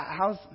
how's